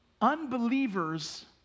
Unbelievers